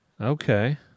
Okay